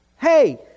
Hey